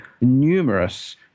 numerous